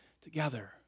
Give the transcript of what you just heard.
together